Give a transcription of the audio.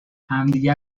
همدیگه